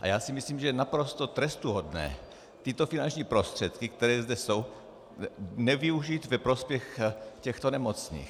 Já si myslím, že je naprosto trestuhodné tyto finanční prostředky, které zde jsou, nevyužít ve prospěch těchto nemocných.